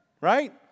right